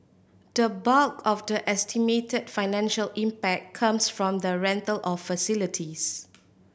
the bulk of the estimated financial impact comes from the rental of facilities